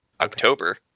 october